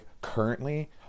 currently